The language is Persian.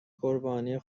قربانی